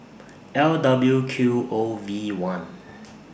L W Q O V one